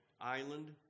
island